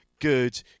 good